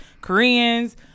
Koreans